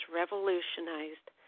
revolutionized